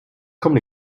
kommt